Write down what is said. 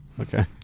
Okay